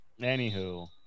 Anywho